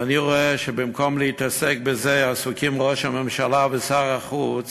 ואני רואה שבמקום להתעסק בזה עסוקים ראש הממשלה ושר החוץ